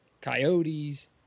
coyotes